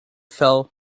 fell